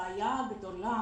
הבעיה הגדולה,